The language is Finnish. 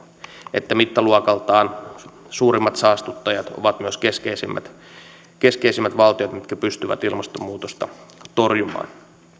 että mittaluokaltaan suurimmat saastuttajat ovat myös keskeisimmät keskeisimmät valtiot jotka pystyvät ilmastonmuutosta torjumaan